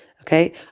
Okay